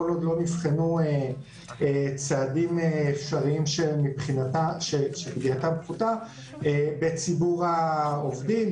כל עוד לא נבחנו צעדים אפשריים שפגיעתם פחותה בציבור העובדים,